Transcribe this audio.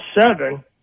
seven